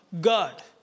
God